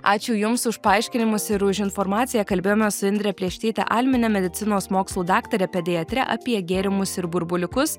ačiū jums už paaiškinimus ir už informaciją kalbėjome su indre plėštyte almine medicinos mokslų daktare pediatre apie gėrimus ir burbuliukus